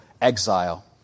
exile